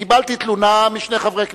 קיבלתי תלונה משני חברי כנסת,